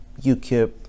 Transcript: UKIP